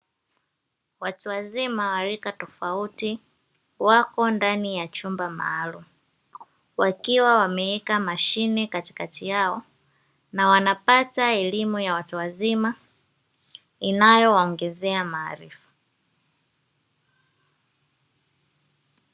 Watu wazima wa rika tofauti wapo ndani ya chumba maalumu wakiwa wameweka mashine katikati yao na wanapata elimu ya watu wazima inayo waongezea maarifa.